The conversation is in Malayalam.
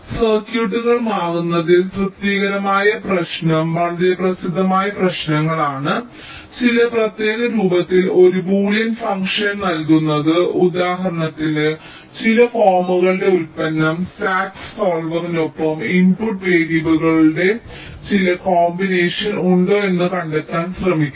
സർക്യൂട്ടുകൾ മാറുന്നതിൽ തൃപ്തികരമായ പ്രശ്നം വളരെ പ്രസിദ്ധമായ പ്രശ്നങ്ങളാണ് ചില പ്രത്യേക രൂപത്തിൽ ഒരു ബൂലിയൻ ഫംഗ്ഷൻ നൽകുന്നത് ഉദാഹരണത്തിന് ചില ഫോമുകളുടെ ഉൽപ്പന്നം SAT സോൾവറിനൊപ്പം ഇൻപുട്ട് വേരിയബിളുകളുടെ ചില കോമ്പിനേഷൻ ഉണ്ടോ എന്ന് കണ്ടെത്താൻ ശ്രമിക്കും